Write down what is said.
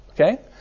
Okay